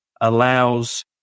allows